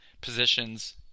positions